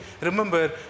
remember